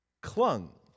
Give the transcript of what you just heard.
clung